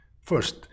First